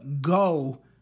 go